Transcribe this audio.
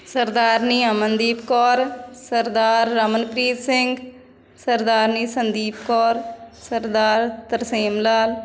Sardarni Amandeep Kaur Sardar Ramanpreet Singh Sardarni Sandeep Kaur Sardar Tarsem Lal